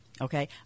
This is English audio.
Okay